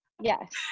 Yes